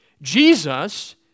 Jesus